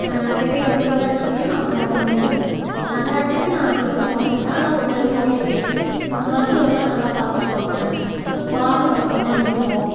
பெரிய ஊராட்சிக்கு நான் போனது இது நகராட்சிக்கு நான் அதிகம் போனதில்லை ஆனால் ஒரு டைம் போயிருக்கேன் அங்கே மருத்துவரெலாம் நல்லா பார்த்துக்குவாங்க சுத் வார்டும் சுத்தமாக இருக்கும்